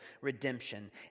redemption